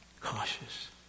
cautious